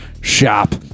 shop